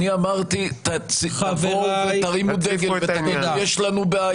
אמרתי: תבואו ותרימו דגל ותגידו יש לנו בעיה,